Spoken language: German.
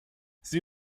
sie